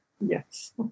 Yes